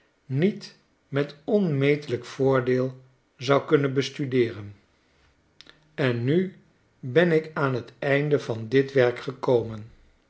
niet met onmetelijk voordeel zou kunnen bestudeeren en nu ben ik aan t einde van dit werk gekomen